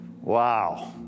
Wow